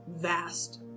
vast